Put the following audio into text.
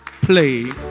play